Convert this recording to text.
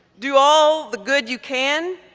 do all the good you can,